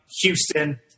Houston